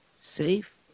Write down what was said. safe